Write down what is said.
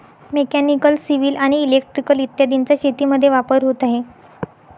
mechanical, civil आणि electrical इत्यादींचा शेतीमध्ये वापर होत आहे